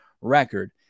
record